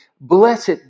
Blessed